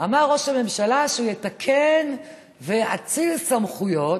אמר ראש הממשלה שהוא יתקן ויאציל סמכויות.